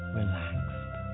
relaxed